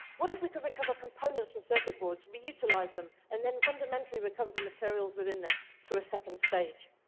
what if we could recover components from circuit boards, reutilize them, and then fundamentally recover the materials within them through a second stage?